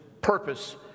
purpose